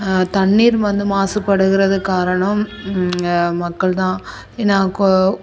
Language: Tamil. தண்ணீர் வந்து மாசுபடுகிறது காரணம் மக்கள் தான் ஏன்னால் கோ